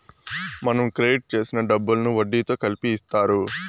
మనం క్రెడిట్ చేసిన డబ్బులను వడ్డీతో కలిపి ఇత్తారు